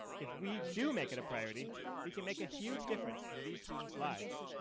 if we do make it a priority we can make a huge difference in these students lives.